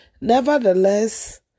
Nevertheless